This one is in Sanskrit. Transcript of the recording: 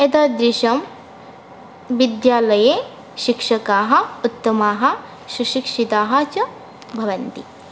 एतादृशे विद्यालये शिक्षकाः उत्तमाः शुशिक्षिताः च भवन्ति